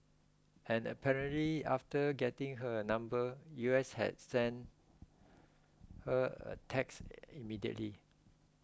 and apparently after getting her number U S had sent her a text immediately